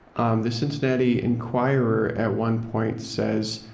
um the cincinnati enquirer at one point says,